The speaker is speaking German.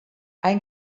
ein